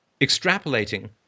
extrapolating